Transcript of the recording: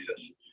Jesus